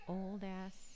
old-ass